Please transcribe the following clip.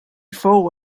fou